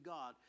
God